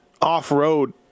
off-road